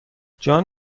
جان